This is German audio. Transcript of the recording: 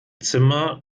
zimmer